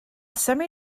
semi